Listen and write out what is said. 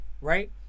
right